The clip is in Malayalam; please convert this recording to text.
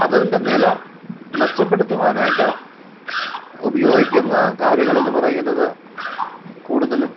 അതിന്റെ നില മെച്ചപ്പെടുത്തുവാനായിട്ട് ഉപയോഗിക്കുന്ന കാര്യങ്ങളെന്ന് പറയുന്നത് കൂടുതലും